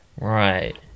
Right